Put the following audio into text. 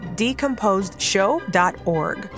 decomposedshow.org